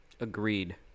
Agreed